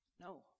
No